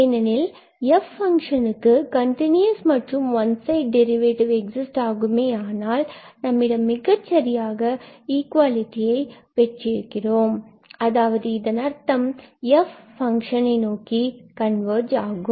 ஏனெனில் f function க்கு continuous மற்றும் ஒன் சைடு டெரிவேடிவ் எக்ஸிஸ்ட் ஆகுமே ஆனால் நம்மிடம் மிகச்சரியாக இகுவாலிடியை பெற்றிருக்கிறோம் அதாவது இதன் அர்த்தம் f ஃபங்ஷனை நோக்கி கன்வர்ஜ் ஆகும்